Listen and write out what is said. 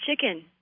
chicken